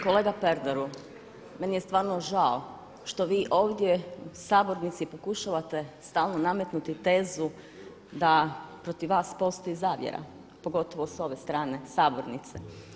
Kolega Pernaru meni je stvarno žao što vi ovdje u sabornici pokušavate stalno nametnuti tezu da protiv vas postoji zavjera, pogotovo s ove strane sabornice.